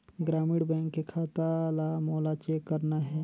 ग्रामीण बैंक के खाता ला मोला चेक करना हे?